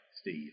Steve